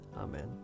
Amen